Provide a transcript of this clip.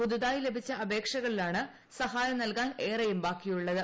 പുതുതായി ലഭിച്ചു അപേക്ഷകളിലാണ് സഹായം നൽകാൻ ഏറെയും ബാക്കിയുള്ളത്